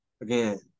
Again